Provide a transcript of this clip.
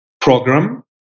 program